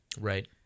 Right